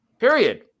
Period